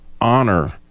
honor